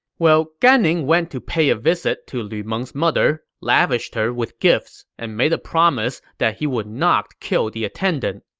well, gan ning went to pay a visit to lu meng's other, lavished her with gifts, and made a promise that he would not kill the attendant.